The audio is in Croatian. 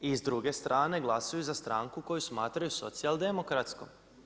I s druge strane glasuju za stranku koju smatraju socijal-demokratskom.